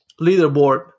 leaderboard